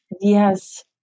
Yes